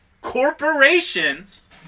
corporations